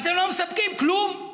אתם לא מספקים כלום.